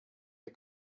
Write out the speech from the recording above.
der